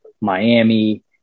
Miami